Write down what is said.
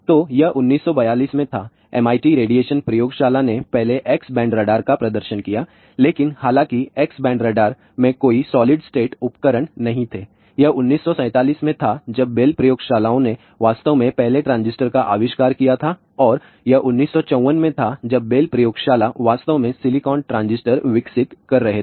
तो यह 1942 में था MIT रेडिएशन प्रयोगशाला ने पहले एक्स बैंड रडार का प्रदर्शन किया लेकिन हालाँकि एक्स बैंड रडार में कोई सॉलिड स्टेट उपकरण नहीं थे यह 1947 में था जब Bell प्रयोगशालाओं ने वास्तव में पहले ट्रांजिस्टर का आविष्कार किया था और यह 1954 में था जब Bell प्रयोगशाला वास्तव में सिलिकॉन ट्रांजिस्टर विकसित कर रहे थे